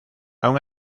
aun